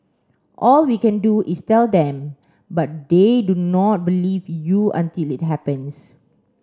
all we can do is tell them but they do not believe you until it happens